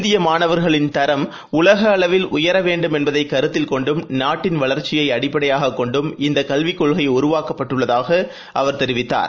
இந்திய மாணவர்களின் தரம் உலக அளவில் உயர வேண்டும் என்பதை கருத்தில் கொண்டும் நாட்டின் வளர்ச்சியை அடிப்படையாகக் கொண்டும் இந்த கல்விக் கொள்கை உருவாக்கப்பட்டுள்ளதாக அவர் தெரிவித்தார்